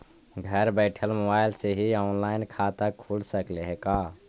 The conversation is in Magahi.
घर बैठल मोबाईल से ही औनलाइन खाता खुल सकले हे का?